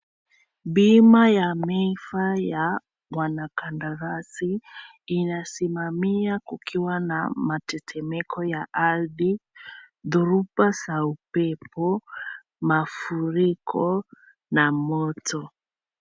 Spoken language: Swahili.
Bima ya Mayfair ya wanakandarasi inasimamia kukiwa na matetemeko ya ardhi, dhuruba za upepo, mafuriko na moto.